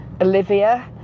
Olivia